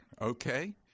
okay